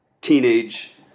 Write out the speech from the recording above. teenage